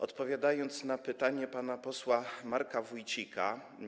Odpowiadam na pytanie pana posła Marka Wójcika.